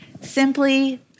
simply